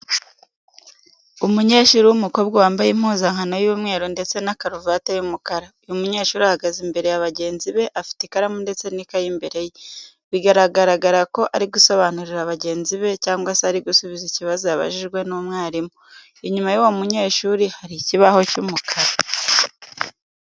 Umunyeshuri w'umukobwa wambaye impuzankano y'umweru ndetse na karuvate y'umukara, uyu munyeshuri ahagaze imbere ya bagenzi be afite ikaramu ndetse n'ikaye imbere ye, biragaragara ko ari gusobanurira bagenzi be cyangwa se ari gusubiza ikibazo yabajijwe n'umwarimu. Inyuma y'uwo munyeshuri hari ikibaho cy'umukara.